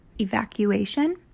Evacuation